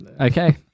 Okay